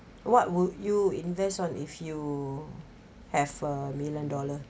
what would you invest on if you have a million dollar